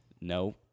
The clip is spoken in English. No